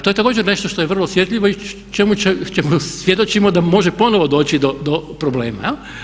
To je također nešto što je vrlo osjetljivo i čemu svjedočimo da može ponovo doći do problema.